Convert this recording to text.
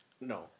No